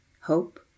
Hope